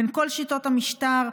בין כל שיטות המשטר,